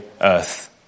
earth